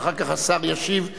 ואחר כך השר ישיב לשניכם.